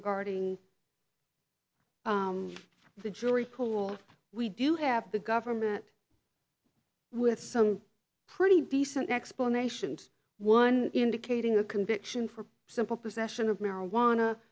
regarding the jury pool we do have the government with some pretty decent explanations one indicating a conviction for simple possession of marijuana